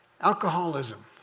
Alcoholism